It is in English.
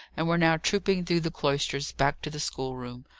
and were now trooping through the cloisters back to the schoolroom,